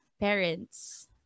parents